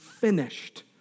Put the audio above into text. finished